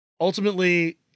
ultimately –